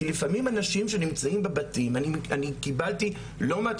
כי לפעמים אנשים שנמצאים בבתים אני קיבלתי לא מעט